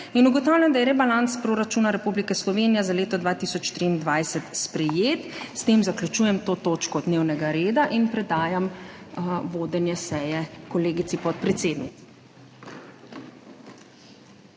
Ugotavljam, da je rebalans proračuna Republike Slovenije za leto 2023 sprejet. S tem zaključujem to točko dnevnega reda in predajam vodenje seje kolegici podpredsednici.